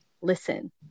listen